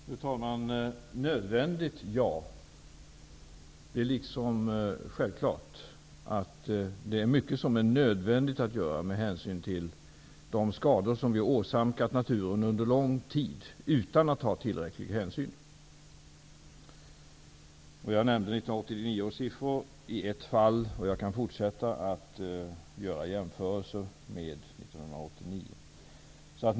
Fru talman! Nödvändigt? Ja, det är liksom självklart att det finns mycket som är nödvändigt att göra med hänsyn till de skador vi under lång tid har åsamkat naturen utan att ta tillräcklig hänsyn. Jag nämnde i ett fall 1989 års siffror och jag kan fortsätta att göra jämförelser med 1989.